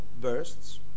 bursts